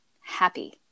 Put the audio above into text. happy